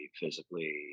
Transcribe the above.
physically